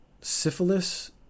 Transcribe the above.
syphilis